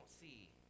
see